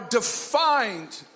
defined